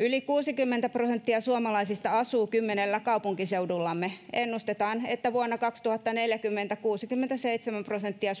yli kuusikymmentä prosenttia suomalaisista asuu kymmenellä kaupunkiseudullamme ennustetaan että vuonna kaksituhattaneljäkymmentä suomalaisista kuusikymmentäseitsemän prosenttia